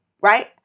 Right